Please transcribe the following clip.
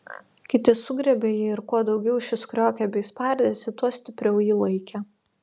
kiti sugriebė jį ir kuo daugiau šis kriokė bei spardėsi tuo stipriau jį laikė